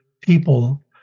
people